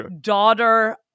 daughter